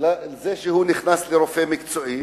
זה שהוא נכנס לרופא מקצועי.